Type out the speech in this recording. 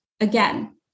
Again